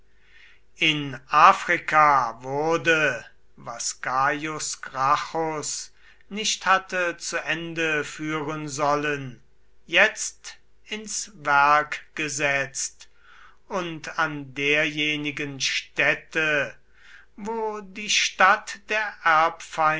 in afrika wurde was gaius gracchus nicht hatte zu ende führen sollen jetzt ins werk gesetzt und an derjenigen stätte wo die stadt der